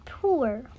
poor